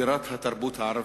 בירת התרבות הערבית,